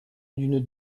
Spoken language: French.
d’une